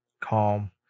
calm